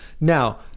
Now